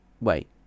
wait